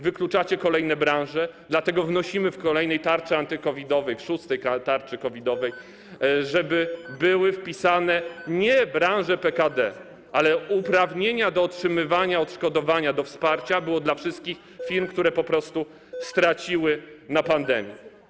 Wykluczacie kolejne branże, dlatego wnosimy, żeby w kolejnej tarczy anty-COVID-owej, w szóstej tarczy anty-COVID-owej były wpisane nie branże PKD, ale uprawnienia do otrzymywania odszkodowania, by wsparcie było dla wszystkich firm, które po prostu straciły na pandemii.